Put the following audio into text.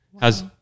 How's